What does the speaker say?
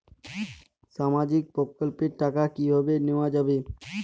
সামাজিক প্রকল্পের টাকা কিভাবে নেওয়া যাবে?